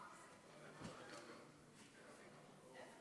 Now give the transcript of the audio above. אדוני היושב-ראש,